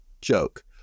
joke